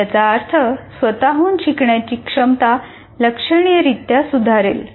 याचा अर्थ स्वत हून शिकण्याची क्षमता लक्षणीय रित्या सुधारेल